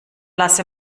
lasse